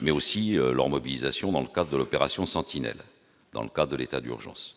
et leur mobilisation en soutien de l'opération Sentinelle, dans le cadre de l'état d'urgence,